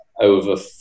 over